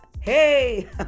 Hey